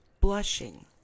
blushing